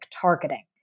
targeting